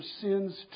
sins